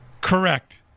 Correct